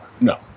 no